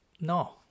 no